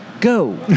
Go